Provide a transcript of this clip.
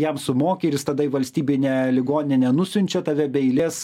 jam sumoki ir jis tada į valstybinę ligoninę nusiunčia tave be eilės